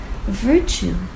virtue